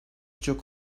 çok